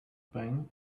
pain